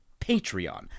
Patreon